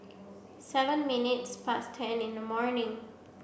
seven minutes past ten in the morning